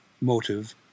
motive